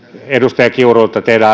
edustaja kiuru teidän